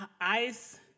ice